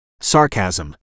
Sarcasm